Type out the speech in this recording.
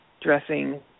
dressing